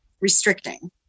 restricting